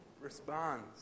responds